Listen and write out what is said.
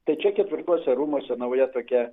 tai čia ketvirtuose rūmuose nauja tokia